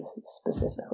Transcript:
specifically